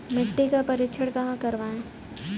मिट्टी का परीक्षण कहाँ करवाएँ?